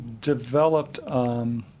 developed –